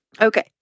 Okay